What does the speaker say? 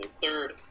third